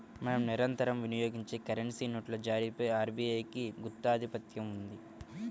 మనం నిరంతరం వినియోగించే కరెన్సీ నోట్ల జారీపై ఆర్బీఐకి గుత్తాధిపత్యం ఉంది